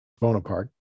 Bonaparte